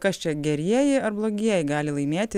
kas čia gerieji ar blogieji gali laimėti